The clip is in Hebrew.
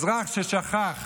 אזרח ששכח